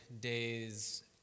day's